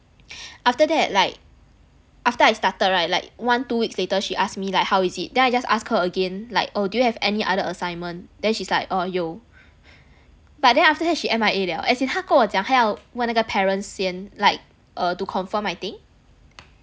after that like after I started right like one two weeks later she asked me like how is it then I just ask her again like oh do you have any other assignment then she's like oh 有 but then after that she M_I_A liao as in 他跟我讲她要问那个 parents 先 like err to confirm I think